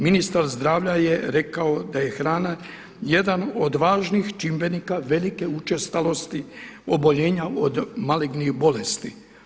Ministar zdravlja je rekao da je hrana jedan od važnih čimbenika velike učestalosti oboljenja od malignih bolesti.